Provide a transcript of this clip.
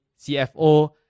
CFO